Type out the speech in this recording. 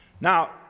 Now